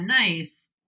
nice